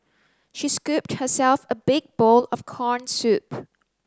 she scooped herself a big bowl of corn soup